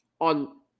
on